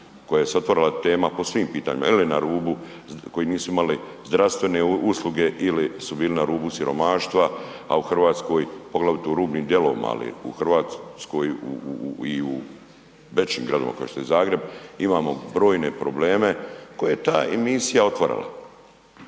koja se otvarala tema po svim pitanjima ili na rubu koji nisu imali zdravstvene usluge ili su bili na rubu siromaštva, a u RH, poglavito u rubnim dijelovima, ali u RH u, u, u, i u većim gradovima kao što je Zagreb imamo brojne probleme koje je ta emisija otvarala.